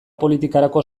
politikarako